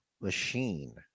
machine